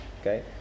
okay